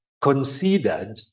considered